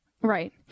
Right